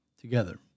Together